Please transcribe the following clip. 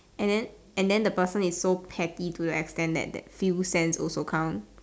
and then and then the person is so petty to the extent that those few cents also counts